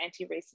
anti-racism